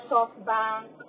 SoftBank